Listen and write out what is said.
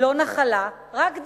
לא נחלה, רק דירה,